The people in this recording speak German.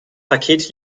paket